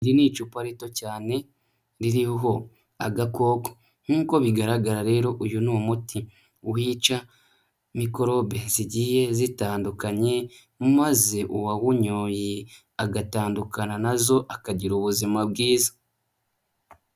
Iri ni icupa rito cyane ririho agakoko nk'uko bigaragara rero uyu ni umuti wica mikorobe zigiye zitandukanye, maze uwawunyoye agatandukana nazo akagira ubuzima bwiza.